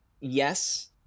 Yes